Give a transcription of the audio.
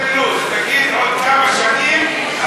תן לו"ז, תגיד עוד כמה שנים, את זה.